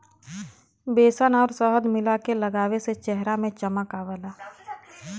बेसन आउर शहद मिला के लगावे से चेहरा में चमक आवला